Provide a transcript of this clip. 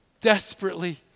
desperately